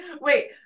Wait